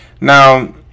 Now